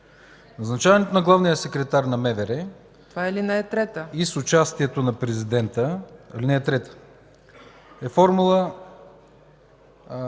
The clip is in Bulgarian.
Назначаването на главния секретар на МВР с участието на президента е формула,